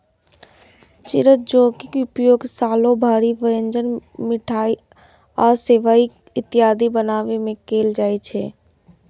चिरौंजीक उपयोग सालो भरि व्यंजन, मिठाइ आ सेवइ इत्यादि बनाबै मे कैल जाइ छै